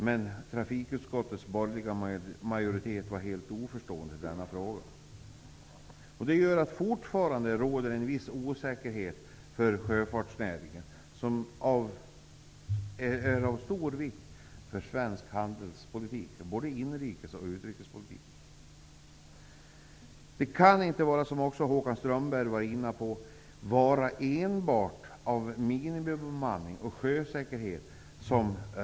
Men trafikutskottets borgerliga majoritet var helt oförstående i denna fråga. Detta gör att det fortfarande råder en viss osäkerhet för sjöfartsnäringen. Det är en näring som är av stor vikt för svensk handelspolitik, både inrikes och utrikes. Rederistödet kan inte, som Håkan Strömberg var inne på, enbart utgå med hänsyn till minimibemanningen och sjösäkerheten.